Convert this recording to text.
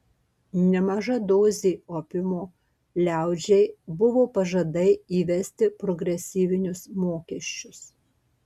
nemaža dozė opiumo liaudžiai buvo pažadai įvesti progresyvinius mokesčius